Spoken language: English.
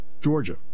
Georgia